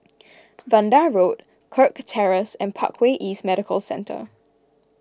Vanda Road Kirk Terrace and Parkway East Medical Centre